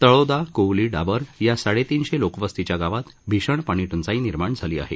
तळोदा क्वली डाबर या साडेतीनशे लोकवस्तीच्या गावात भीषण पाणी टंचाई निर्माण झाली आहे